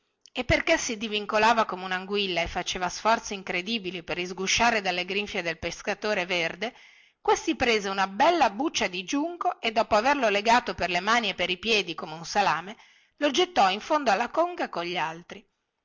e perché si divincolava come un anguilla e faceva sforzi incredibili per isgusciare dalle grinfie del pescatore verde questi prese una bella buccia di giunco e dopo averlo legato per le mani e per i piedi come un salame lo gettò in fondo alla conca cogli altri